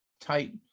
tight